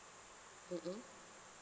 mm mm